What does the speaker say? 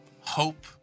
hope